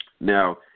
Now